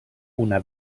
una